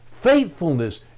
faithfulness